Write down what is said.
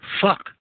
Fuck